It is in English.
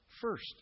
First